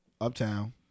uptown